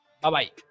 Bye-bye